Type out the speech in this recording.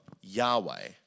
Yahweh